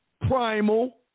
primal